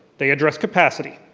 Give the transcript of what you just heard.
they address capacity.